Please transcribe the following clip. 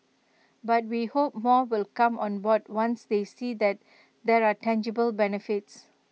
but we hope more will come on board once they see that there are tangible benefits